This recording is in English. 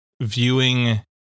viewing